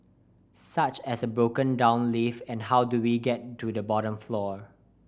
such as a broken down lift and how do we get to the bottom floor